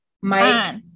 mike